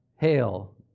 hail